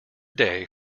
day